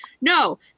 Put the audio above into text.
no